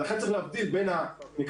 לכן צריך להבדיל בין הממלכה,